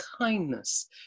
kindness